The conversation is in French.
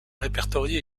répertoriées